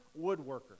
woodworker